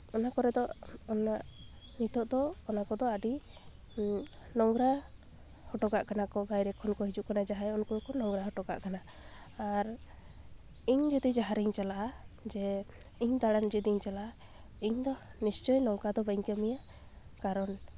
ᱚᱱᱟ ᱠᱚᱨᱮ ᱫᱚ ᱚᱱᱟ ᱱᱤᱛᱳᱜ ᱫᱚ ᱚᱱᱟ ᱠᱚᱫᱚ ᱟᱹᱰᱤ ᱱᱚᱝᱨᱟ ᱦᱚᱴᱚ ᱠᱟᱜ ᱠᱟᱱᱟ ᱠᱚ ᱵᱟᱭᱨᱮ ᱠᱷᱚᱱ ᱠᱚ ᱦᱤᱡᱩᱜ ᱠᱟᱱᱟ ᱡᱟᱦᱟᱸᱭ ᱩᱱᱠᱩ ᱜᱮᱠᱚ ᱱᱚᱝᱨᱟ ᱦᱚᱴᱚ ᱠᱟᱜ ᱠᱟᱱᱟ ᱟᱨ ᱤᱧ ᱡᱩᱫᱤ ᱡᱟᱦᱟᱸᱨᱤᱧ ᱪᱟᱞᱟᱜᱼᱟ ᱡᱮ ᱤᱧ ᱫᱟᱬᱟᱱ ᱡᱩᱫᱤᱧ ᱪᱟᱞᱟᱜᱼᱟ ᱤᱧ ᱫᱚ ᱱᱤᱥᱪᱳᱭ ᱱᱚᱝᱠᱟ ᱫᱚ ᱵᱟᱹᱧ ᱠᱟᱹᱢᱤᱭᱟ ᱠᱟᱨᱚᱱ